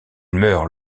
meurt